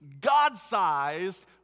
God-sized